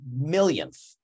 millionth